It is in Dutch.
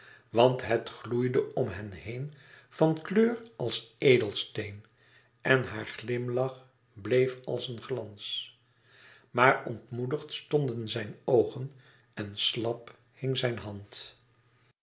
want het gloeide om hen heen van kleur als edelsteen en hun glimlach bleef als een glans maar ontmoedigd stonden zijn oogen en slap hing zijn hand